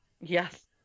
Yes